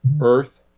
earth